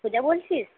পূজা বলছিস